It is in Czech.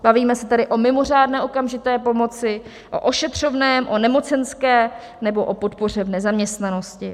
Bavíme se tady o mimořádné okamžité pomoci, o ošetřovném, o nemocenské nebo o podpoře v nezaměstnanosti.